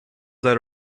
that